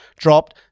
dropped